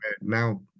now